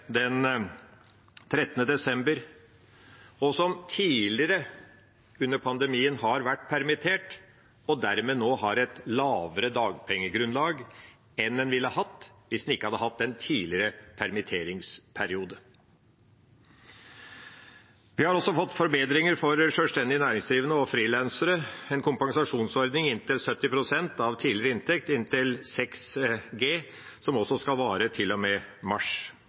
og dermed nå har et lavere dagpengegrunnlag enn en ville hatt hvis en ikke hadde hatt en tidligere permitteringsperiode. Vi har også fått forbedringer for sjølstendig næringsdrivende og frilansere. Det er en kompensasjonsordning som dekker inntil 70 pst. av tidligere inntekt inntil seks G, som også skal vare til og med mars.